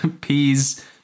Pea's